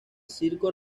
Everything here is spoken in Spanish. circo